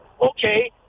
okay